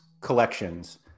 collections